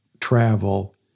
travel